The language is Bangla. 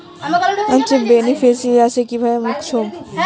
বেনিফিসিয়ারি কিভাবে মুছব?